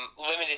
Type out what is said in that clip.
Limited